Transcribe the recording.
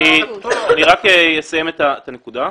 אני אסיים את הנקודה.